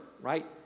right